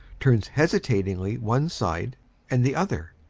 turns hesitatingly one side and the other,